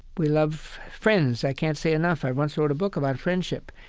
we love friends. i can't say enough i once wrote a book about friendship.